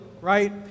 right